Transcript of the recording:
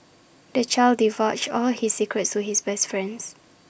the child divulged all his secrets to his best friends